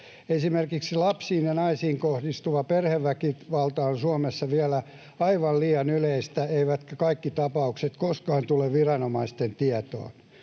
Esimerkiksi lapsiin ja naisiin kohdistuva perheväkivalta on Suomessa vielä aivan liian yleistä, eivätkä kaikki tapaukset koskaan tule viranomaisten tietoon.